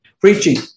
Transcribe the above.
Preaching